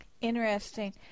Interesting